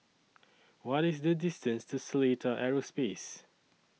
What IS The distance to Seletar Aerospace